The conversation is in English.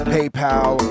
PayPal